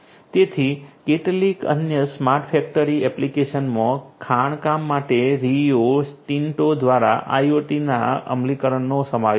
તેથી કેટલીક અન્ય સ્માર્ટ ફેક્ટરી એપ્લિકેશન્સમાં ખાણકામ માટે રિયો ટિન્ટો દ્વારા IoT ના અમલીકરણનો સમાવેશ થાય છે